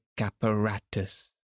apparatus